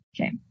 Okay